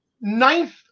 ninth